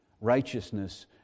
righteousness